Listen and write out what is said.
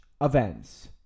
events